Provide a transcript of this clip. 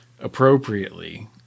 appropriately